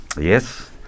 Yes